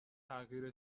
تغییر